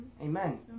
Amen